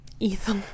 Ethel